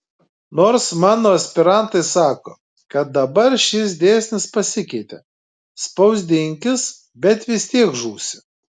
nors mano aspirantai sako kad dabar šis dėsnis pasikeitė spausdinkis bet vis tiek žūsi